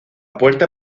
puerta